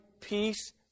peace